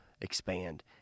expand